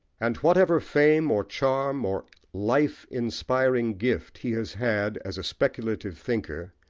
and whatever fame, or charm, or life-inspiring gift he has had as a speculative thinker,